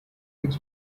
fix